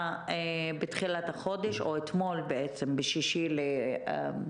בתחילת החודש או בעצם אתמול ב-6 באפריל.